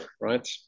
right